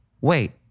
wait